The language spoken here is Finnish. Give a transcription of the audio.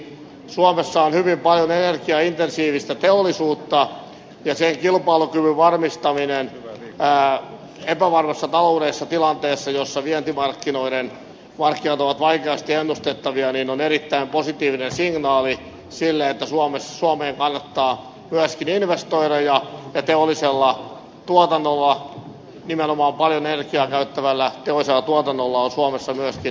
suomessa on hyvin paljon energiaintensiivistä teollisuutta ja sen kilpailukyvyn varmistaminen epävarmassa taloudellisessa tilanteessa jossa vientimarkkinat ovat vaikeasti ennustettavia on erittäin positiivinen signaali siitä että suomeen kannattaa myöskin investoida ja teollisella tuotan nolla nimenomaan paljon energiaa käyttävällä teollisella tuotannolla on suomessa myöskin tulevaisuutta